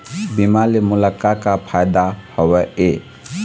बीमा से मोला का का फायदा हवए?